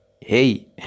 hey